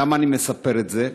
למה אני מספר את זה?